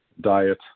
diet